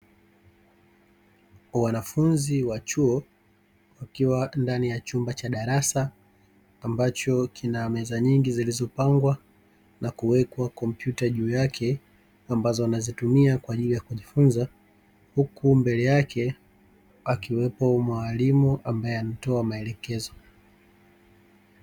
Wanafunzi wa chuo wakiwa ndani ya chumba cha darasa, ambacho kina meza nyingi zilizopangwa na kuwekwa kompyuta juu yake ambazo wanazitumia kwa ajili ya kujifunza, huku mbele yake akiwepo mwalimu ambae anatoa maelekezo.